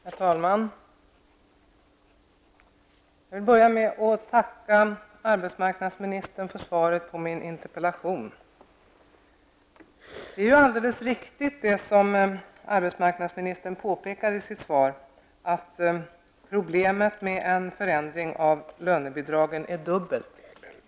Herr talman! Jag vill börja med att tacka arbetsmarknadsministern för svaret på min interpellation. Det är allldeles riktigt som arbetsmarknadsministern påpekar i sitt svar, att problemet med en förändring av lönebidragen är tvåfaldigt.